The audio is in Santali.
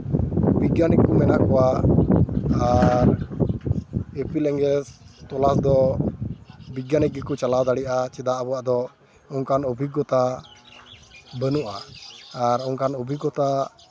ᱵᱤᱜᱜᱽᱱᱟᱱᱤᱠ ᱠᱚ ᱢᱮᱱᱟᱜ ᱠᱚᱣᱟ ᱟᱨ ᱤᱯᱤᱞ ᱮᱸᱜᱮᱞ ᱛᱚᱞᱟᱥ ᱫᱚ ᱵᱤᱜᱽᱜᱟᱱᱤᱠ ᱜᱮᱠᱚ ᱪᱟᱞᱟᱣ ᱫᱟᱲᱮᱭᱟᱜᱼᱟ ᱪᱮᱫᱟᱜ ᱟᱵᱚᱣᱟᱜ ᱫᱚ ᱚᱱᱠᱟᱱ ᱚᱵᱷᱤᱜᱚᱛᱟ ᱵᱟᱹᱱᱩᱜᱼᱟ ᱟᱨ ᱚᱱᱠᱟᱱ ᱚᱵᱷᱤᱜᱚᱛᱟ